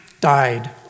died